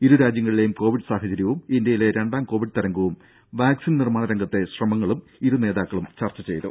ഇരുരാജ്യങ്ങളിലെയും covid സാഹചര്യവും ഇന്ത്യയിലെ രണ്ടാം കോവിഡ് തരംഗവും വാക്സിൻ നിർമാണ രംഗത്തെ ശ്രമങ്ങളും ഇരു നേതാക്കളും ചർച്ച ചെയ്തു